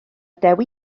dewi